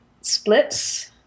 splits